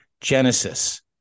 Genesis